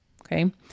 Okay